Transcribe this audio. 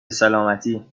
سلامتی